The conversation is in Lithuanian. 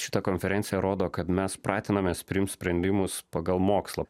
šita konferencija rodo kad mes pratinamės priimt sprendimus pagal mokslą